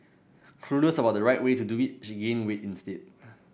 clueless about the right way to do it she gained weight instead